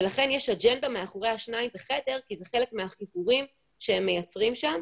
ולכן יש אג'נדה מאחורי השניים בחדר כי זה חלק מהחיבורים שהם מייצרים שם,